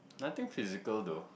nothing physical though